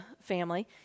family